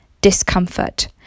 discomfort